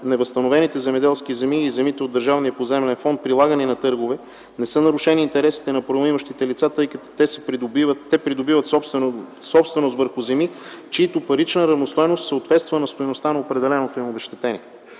невъзстановените земеделски земи и земите от държавния поземлен фонд, прилагани на търгове, не са нарушени интересите на правоимащите лица, тъй като те придобиват собственост върху земи, чиято парична равностойност съответства на стойността на определеното им обезщетение.